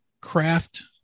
craft